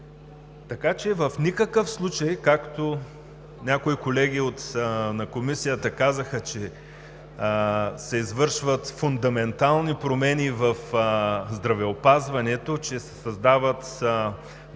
Така че в никакъв случай, както някои колеги в Комисията казаха, че се извършват фундаментални промени в здравеопазването, че се създават едва ли